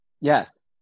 Yes